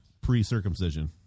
pre-circumcision